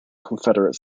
confederate